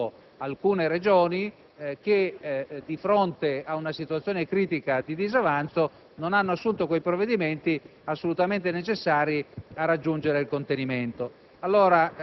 pone le Regioni, che in questi anni hanno elaborato politiche di rigore nel contenimento della spesa sanitaria, nella situazione di vedere sostanzialmente